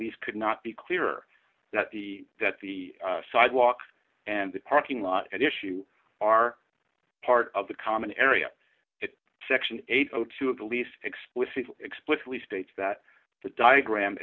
lease could not be clearer that the that the sidewalk and the parking lot at issue are part of the common area section eight hundred and two of the lease explicitly explicitly states that the diagram